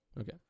Okay